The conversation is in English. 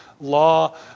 law